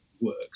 works